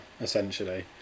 essentially